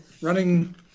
running